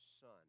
son